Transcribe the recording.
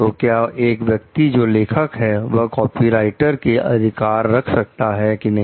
तो क्या एक व्यक्ति जो लेखक है वह कॉपीराइट के अधिकार रख सकता है कि नहीं